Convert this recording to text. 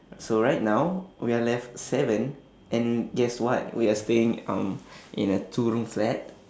so right now we are left seven and guess what we are staying um in a two room flat